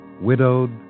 widowed